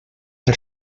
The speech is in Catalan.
per